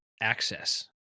access